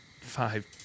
five